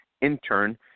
intern